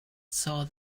saw